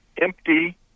empty